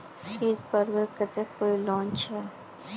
ईद पर्वेर केते कोई लोन छे?